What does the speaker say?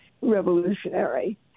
revolutionary